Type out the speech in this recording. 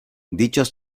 dichos